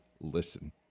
listen